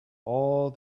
all